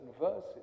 verses